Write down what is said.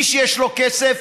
מי שיש לו כסף,